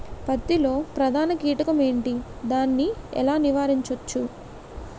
పత్తి లో ప్రధాన కీటకం ఎంటి? దాని ఎలా నీవారించచ్చు?